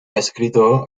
escrito